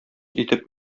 итеп